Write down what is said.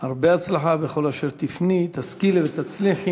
הרבה הצלחה, בכל אשר תפני, תשכילי ותצליחי.